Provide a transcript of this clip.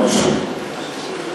לא חשוב.